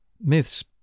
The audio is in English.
Myths